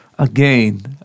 Again